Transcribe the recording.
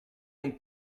long